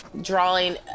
drawing